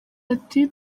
ati